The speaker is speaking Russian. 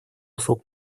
услуг